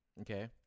Okay